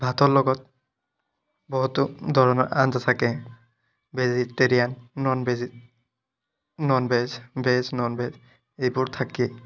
ভাতৰ লগত বহুতো ধৰণৰ আঞ্জা থাকে vegetarian non veg non veg veg non veg এইবোৰ থাকেই